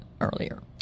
earlier